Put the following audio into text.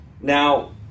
Now